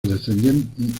descienden